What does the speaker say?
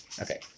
Okay